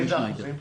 באיזה אחוזים?